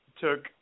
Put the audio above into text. took